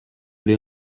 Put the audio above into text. les